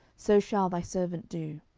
so shall thy servant do.